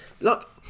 Look